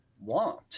want